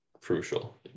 crucial